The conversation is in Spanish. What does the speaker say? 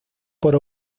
por